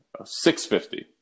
650